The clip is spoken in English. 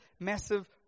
massive